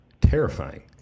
terrifying